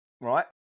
Right